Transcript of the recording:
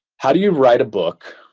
how do you write a book,